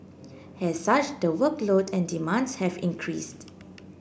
as such the workload and demands have increased